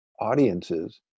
audiences